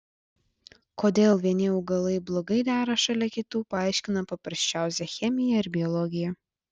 kodėl vieni augalai blogai dera šalia kitų paaiškina paprasčiausia chemija ir biologija